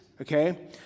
okay